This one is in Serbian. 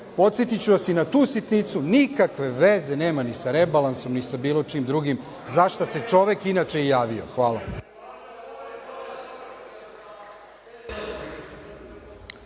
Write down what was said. podsetiću vas i na tu sitnicu, nikakve veze nema ni sa rebalansom ni sa bilo čim drugim za šta se čovek inače javio. Hvala.